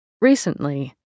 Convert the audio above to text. Recently